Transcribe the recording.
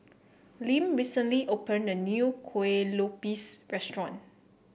Lim recently opened a new Kuih Lopes restaurant